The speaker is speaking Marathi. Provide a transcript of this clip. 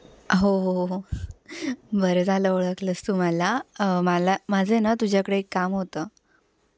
हो हो हो बरं झालं ओळखलंस तू मला मला माझं ना तुझ्याकडे एक काम होतं